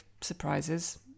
surprises